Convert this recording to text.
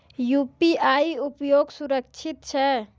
UPI उपयोग सुरक्षित छै?